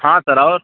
हाँ सर और